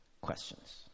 questions